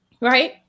Right